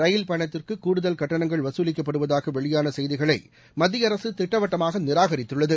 ரயில் பயணத்திற்குகூடுதல் கட்டணங்கள் வசூலிக்கப்படுவதாகவெளியானசெய்திகளைமத்தியஅரசுதிட்டவட்டமாகநிராகரித்துள்ளது